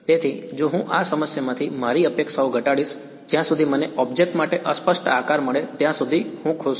તેથી જો હું સમસ્યામાંથી મારી અપેક્ષાઓ ઘટાડીશ જ્યાં સુધી મને ઓબ્જેક્ટ માટે અસ્પષ્ટ આકાર મળે ત્યાં સુધી હું ખુશ છું